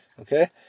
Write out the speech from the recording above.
Okay